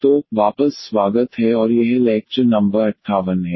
तो वापस स्वागत है और यह लैक्चर नंबर 58 है